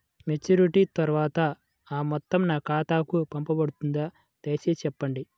Maturity తర్వాత ఆ మొత్తం నా ఖాతాకు పంపబడుతుందా? దయచేసి చెప్పండి?